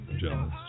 Jealous